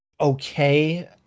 okay